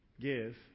give